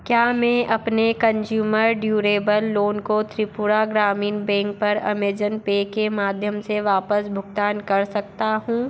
क्या मैं अपने कंज़्यूमर ड्यूरेबल लोन को त्रिपुरा ग्रामीण बैंक पर अमेज़न पे के माध्यम से वापस भुगतान कर सकता हूँ